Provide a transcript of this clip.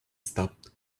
stopped